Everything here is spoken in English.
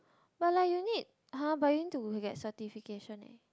but like you need !huh! but you need to get certification eh